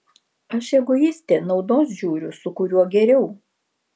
aš egoistė naudos žiūriu su kuriuo geriau